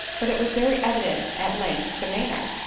but it was very evident, at length, to maynard,